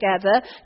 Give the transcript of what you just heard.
together